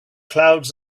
clouds